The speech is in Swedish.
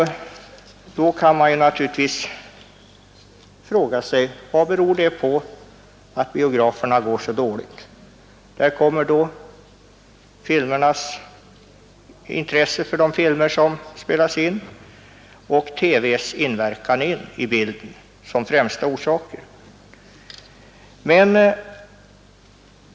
Då kan man fråga sig varför biograferna går så dåligt. Här kommer TV och intresset för de filmer som produceras med som främsta orsaker.